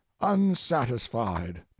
unsatisfied